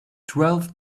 twelve